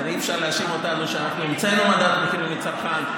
אי-אפשר להאשים אותנו שאנחנו המצאנו את מדד המחירים לצרכן,